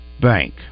Bank